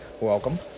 welcome